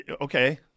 Okay